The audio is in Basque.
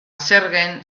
zergen